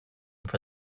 for